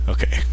Okay